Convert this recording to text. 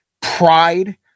Pride